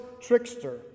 trickster